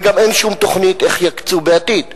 וגם אין שום תוכנית איך יקצו בעתיד.